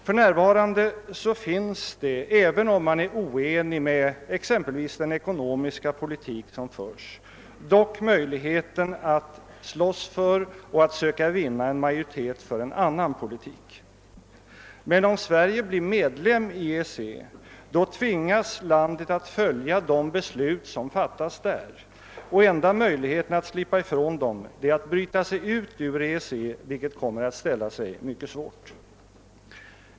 För närvarande finns det, även om man är kritisk mot t.ex. den ekonomiska politik som förs, dock en möjlighet att kämpa för och att söka vinna majoritet för en annan politik. Om Sverige blir medlem av EEC tvingas landet emellertid att följa de beslut som fattas där, och den enda möjligheten att slippa verkningarna av dessa är att bryta sig ut ur EEC, vilket kommer att ställa sig mycket svårt.